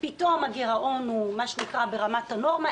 פתאום הגירעון הוא ברמת הנורמה,